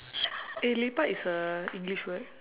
eh lepak is a english word